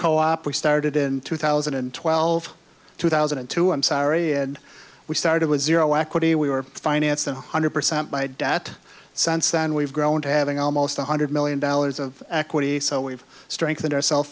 we started in two thousand and twelve two thousand and two i'm sorry and we started with zero equity we were financed one hundred percent by debt since then we've grown to having almost one hundred million dollars of equity so we've strengthened ourself